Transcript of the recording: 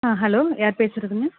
hello யார் பேசுகிறதுங்க